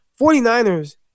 49ers